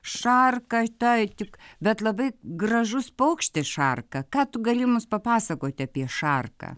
šarka tai tik bet labai gražus paukštis šarka ką tu gali mums papasakoti apie šarką